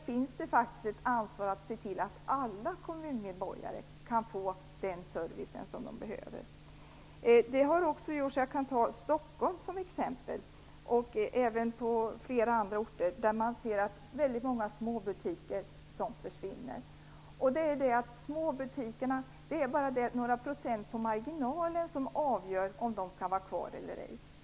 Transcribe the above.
Man har faktiskt ett ansvar för att se till att alla kommunmedborgare kan få den service som de behöver. Jag kan som exempel ta Stockholm och även flera andra orter, där man kan se att väldigt många småbutiker försvinner. Det är bara några procent på marginalen som avgör om de skall kunna vara kvar eller ej.